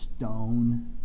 stone